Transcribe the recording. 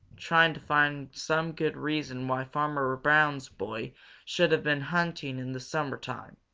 trying to find some good reason why farmer brown's boy should have been hunting in the summertime.